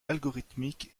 algorithmique